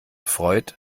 freud